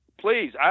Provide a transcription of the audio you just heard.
Please